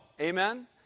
Amen